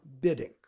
bidding